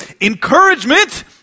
encouragement